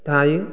दायो